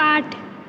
आठ